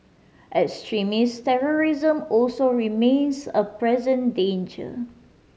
extremist terrorism also remains a present danger